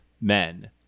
men